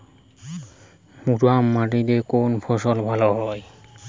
মুরাম মাটিতে কোন ফসল ভালো হয়?